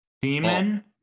Demon